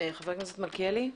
חבר הכנסת מלכיאלי.